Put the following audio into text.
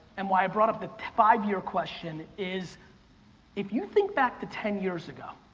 and why i brought up the five year question, is if you think back to ten years ago,